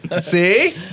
See